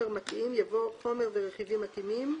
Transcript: במקום "חומר מתאים" יבוא "חומר ורכיבים מתאימים",